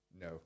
no